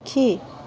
খী